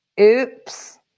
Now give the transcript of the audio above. Oops